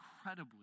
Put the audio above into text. incredibly